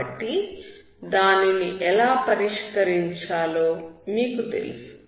కాబట్టి దానిని ఎలా పరిష్కరించాలో మీకు తెలుసు